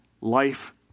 Life